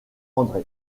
andré